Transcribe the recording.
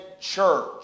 church